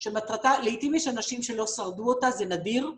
שמטרתה, לעתים יש אנשים שלא שרדו אותה, זה נדיר.